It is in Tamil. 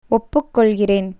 ஒப்புக்கொள்கிறேன்